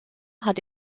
hat